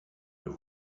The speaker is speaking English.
your